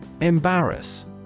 Embarrass